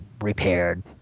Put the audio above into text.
repaired